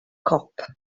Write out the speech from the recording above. cop